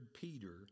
Peter